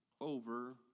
over